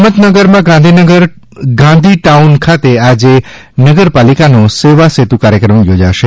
હિંમતનગરમાં Gandhi town ખાતે આજે નગરપાલિકાનો સેવાસેતુ કાર્યક્રમ યોજાશે